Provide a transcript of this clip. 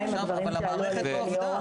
המערכת לא עבדה.